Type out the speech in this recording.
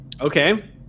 Okay